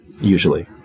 usually